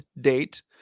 date